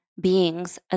beings